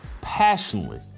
passionately